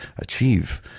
achieve